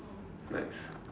nice